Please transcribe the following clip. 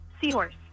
Seahorse